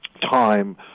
time